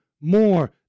more